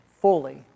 fully